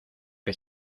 que